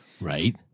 Right